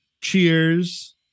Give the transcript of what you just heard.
Cheers